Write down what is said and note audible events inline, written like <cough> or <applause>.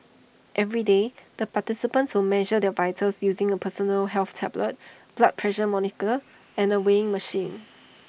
every day the participants will measure their vitals using A personal health tablet blood pressure monitor and <noise> A weighing machine